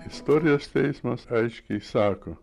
istorijos teismas aiškiai sako